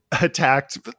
attacked